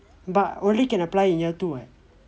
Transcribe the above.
but only can apply in year two eh